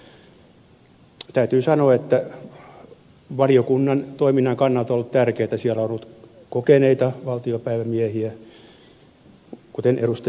täytyy sanoa että valiokunnan toiminnan kannalta on ollut tärkeätä että siellä on ollut kokeneita valtiopäivämiehiä kuten ed